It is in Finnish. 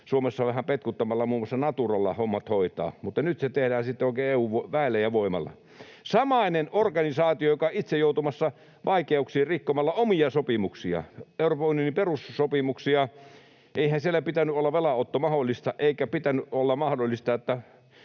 Suomessa vähän petkuttamalla, muun muassa Naturalla, mutta nyt se tehdään sitten oikein EU:n väellä ja voimalla. Samainen organisaatio, joka on itse joutumassa vaikeuksiin rikkomalla omia sopimuksiaan, Euroopan unionin perussopimuksia. Eihän siellä pitänyt olla velanotto mahdollista, eikä pitänyt olla mahdollista,